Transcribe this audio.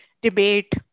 debate